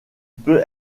peut